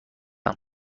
ایم